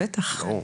בטח,